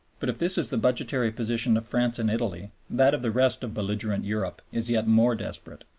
but if this is the budgetary position of france and italy, that of the rest of belligerent europe is yet more desperate.